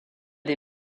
des